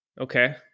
Okay